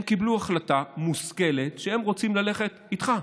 הם קיבלו החלטה מושכלת שהם רוצים ללכת איתך.